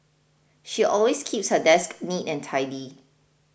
she always keeps her desk neat and tidy